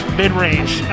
mid-range